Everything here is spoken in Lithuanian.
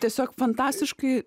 tiesiog fantastiškai